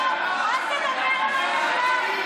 חצופים,